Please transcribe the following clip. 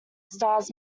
stars